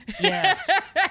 yes